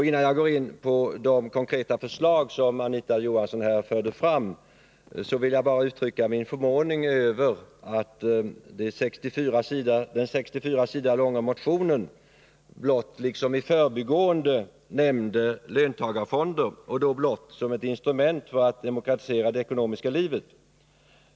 Innan jag går in på de konkreta förslag som Anita Johansson här förde fram vill jag bara uttrycka min förvåning över att man i den 64 sidor långa motionen bara i förbigående nämner löntagarfonder och då blott som ett instrument för att demokratisera det ekonomiska livet.